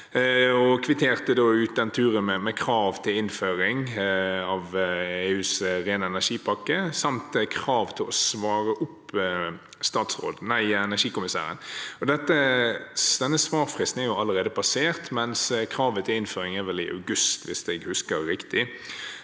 og kvitterte ut turen med krav til innføring av EUs ren energi-pakke samt krav til å svare opp energikommissæren. Svarfristen er allerede passert, mens kravet om innføring er i august, hvis jeg husker riktig.